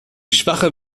schwache